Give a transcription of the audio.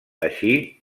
així